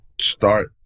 Start